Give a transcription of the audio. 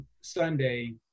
Sunday